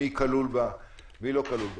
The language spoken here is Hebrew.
מי כלול בה ומי לא כלול בה.